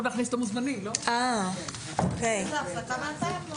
הישיבה ננעלה בשעה 09:12.